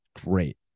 great